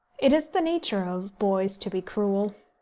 it is the nature of boys to be cruel.